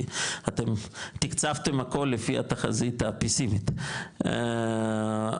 כי אתם תקצבתם הכול לפי התחזית הפסימית ולהערכתי,